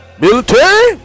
military